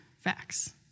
Facts